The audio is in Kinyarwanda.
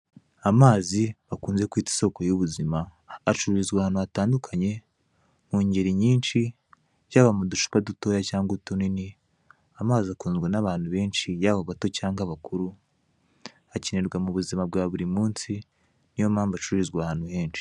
Amazi bakunze kwita isoko ya ubuzima, acururizwa ahantu hatandukanye mu ngeri nyinshi yaba mu ducupa dutoya cyangwa utunini. Amazi akunzwe na abantu benshi yaba abato cyangwa abakuru, akenerwa mu buzima bwa buri munsi niyo mpamvu acururizwa ahantu henshi.